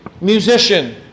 musician